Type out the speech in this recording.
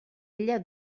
ella